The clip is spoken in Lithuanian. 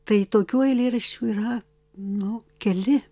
tai tokių eilėraščių yra nu keli